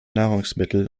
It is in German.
nahrungsmittel